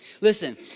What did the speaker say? listen